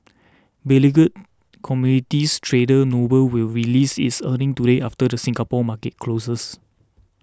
beleaguered commodities trader Noble will release its earnings today after the Singapore market closes